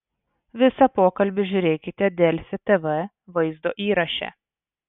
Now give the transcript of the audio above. visą pokalbį žiūrėkite delfi tv vaizdo įraše